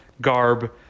garb